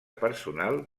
personal